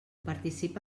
participa